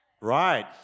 Right